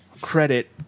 credit